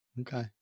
okay